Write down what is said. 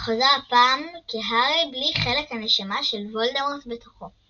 וחוזר הפעם כהארי בלי חלק הנשמה של וולדמורט בתוכו.